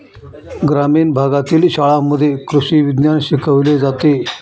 ग्रामीण भागातील शाळांमध्ये कृषी विज्ञान शिकवले जाते